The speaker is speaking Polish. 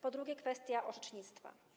Po drugie, kwestia orzecznictwa.